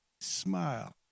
smile